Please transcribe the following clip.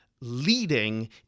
Leading